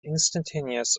instantaneous